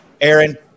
Aaron